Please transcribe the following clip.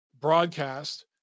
broadcast